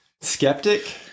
skeptic